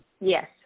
Yes